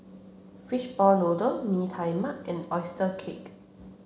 fishball noodle Mee Tai Mak and oyster cake